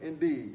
indeed